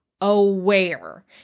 aware